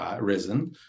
risen